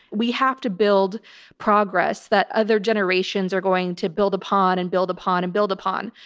we have to build progress that other generations are going to build upon and build upon and build upon.